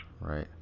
Right